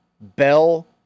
Bell—